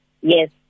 yes